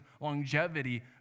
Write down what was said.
longevity